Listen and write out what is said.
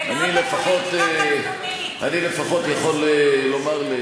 אני לפחות יכול לומר,